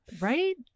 Right